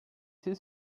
c’est